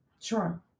Sure